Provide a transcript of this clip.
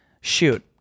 Shoot